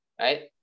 right